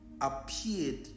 appeared